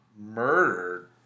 Murdered